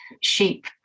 sheep